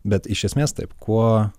bet iš esmės taip kuo